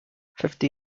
fifty